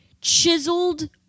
chiseled